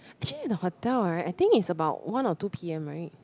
actually in the hotel right I think it's about one or two p_m right